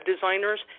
designers